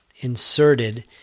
inserted